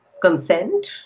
consent